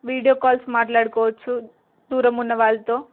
video calls మాట్లాడుకోవచ్చు దూరం ఉన్న వాళ్ళతో